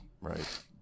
Right